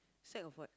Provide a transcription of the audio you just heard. sack of what